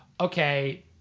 okay